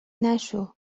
نشو